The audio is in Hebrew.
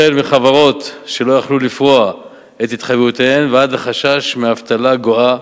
מחברות שלא יכלו לפרוע את התחייבויותיהן ואבטלה גואה